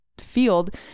field